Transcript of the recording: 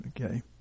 Okay